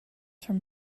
from